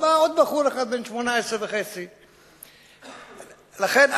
ובא עוד בחור אחד, בן 18.5. לכן הכוונה,